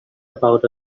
about